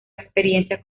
experiencia